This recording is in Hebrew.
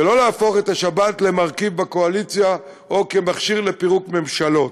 ולא להפוך את השבת למרכיב בקואליציה או כמכשיר לפירוק ממשלות.